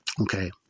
Okay